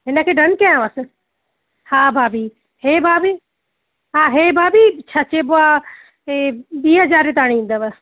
हिनखे डन कयासि हा भाभी इहा भाभी हा इहा भाभी छा चइबो आहे इहा ॿीं हज़ारे ताईं ईंदव